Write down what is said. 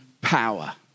power